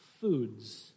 foods